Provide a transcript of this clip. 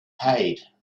paid